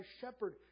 shepherd